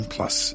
Plus